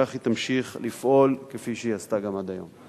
וכך היא תמשיך לפעול, כפי שהיא עשתה גם עד היום.